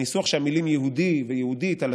הניסוח שהמילים "יהודי" ו"ויהודית" על